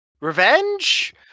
Revenge